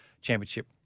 championship